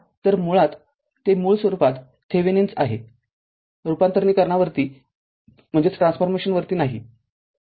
तरमुळात ते मूळ रूपात थेव्हिनिन्स आहे रूपांतरणीकरणावरती नाही